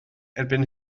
erbyn